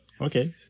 Okay